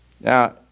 Now